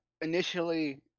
initially